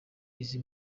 izi